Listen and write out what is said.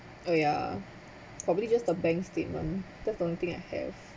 oh yeah probably just a bank statement that's the only thing I have